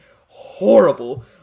Horrible